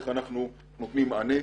איך אנחנו נותנים מענה,